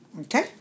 Okay